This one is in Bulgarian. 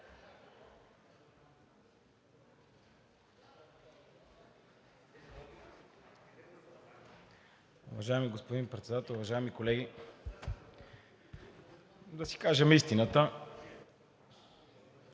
Уважаеми господин Председател, уважаеми колеги! Да си кажем истината.